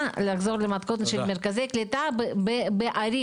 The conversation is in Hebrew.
לחזור למתכונת של מרכזי קליטה בערים.